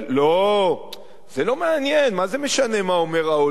לא, זה לא מעניין, מה זה משנה מה אומר העולם.